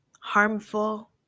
harmful